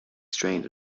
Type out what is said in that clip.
strained